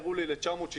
הראו לי, ל-960,